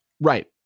right